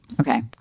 okay